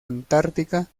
antártica